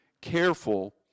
careful